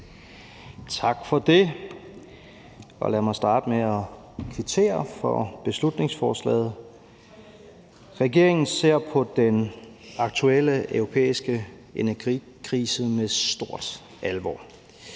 Tak for det. Lad mig starte med at kvittere for beslutningsforslaget. Regeringen ser på den aktuelle europæiske energikrise med stor alvor.